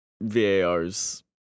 VAR's